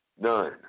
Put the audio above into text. None